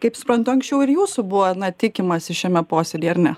kaip suprantu anksčiau ir jūsų buvo na tikimasi šiame posėdy ar ne